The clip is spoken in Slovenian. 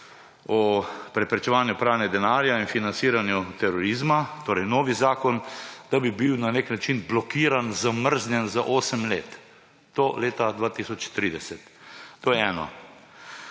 o preprečevanju pranja denarja in financiranja terorizma, torej novi zakon, na nek način blokiran, zamrznjen za 8 let, do leta 2030. To je eno.